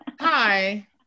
Hi